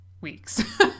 weeks